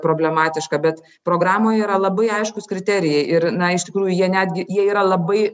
problematiška bet programoje yra labai aiškūs kriterijai ir na iš tikrųjų jie netgi jie yra labai